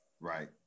Right